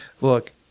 look